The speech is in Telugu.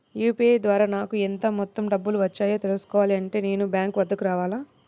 యూ.పీ.ఐ ద్వారా నాకు ఎంత మొత్తం డబ్బులు వచ్చాయో తెలుసుకోవాలి అంటే నేను బ్యాంక్ వద్దకు రావాలా?